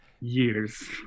years